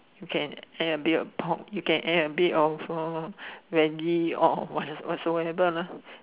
you can add a bit of pork you can add a bit of uh veggie what whatsoever lah